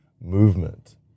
movement